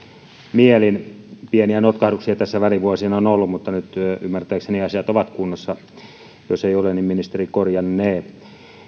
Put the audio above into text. mielin pieniä notkahduksia tässä välivuosina on ollut mutta nyt ymmärtääkseni asiat ovat kunnossa jos eivät ole niin ministeri korjannee